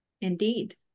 Indeed